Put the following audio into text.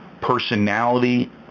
personality